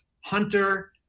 Hunter